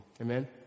Amen